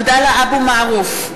(קוראת בשמות חברי הכנסת) עבדאללה אבו מערוף,